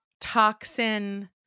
toxin